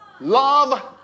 love